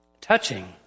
touching